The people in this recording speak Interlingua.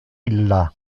illa